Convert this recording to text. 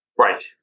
Right